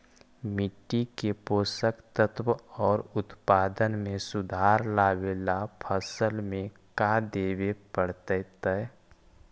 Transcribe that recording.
मिट्टी के पोषक तत्त्व और उत्पादन में सुधार लावे ला फसल में का देबे पड़तै तै?